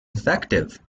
effective